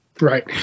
Right